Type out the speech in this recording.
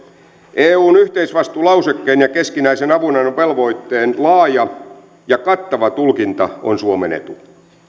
eun yhteisvastuulausekkeen ja keskinäisen avunannon velvoitteen laaja ja kattava tulkinta on suomen etu